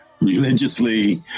religiously